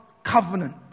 Covenant